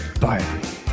Bye